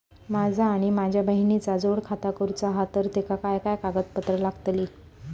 माझा आणि माझ्या बहिणीचा जोड खाता करूचा हा तर तेका काय काय कागदपत्र लागतली?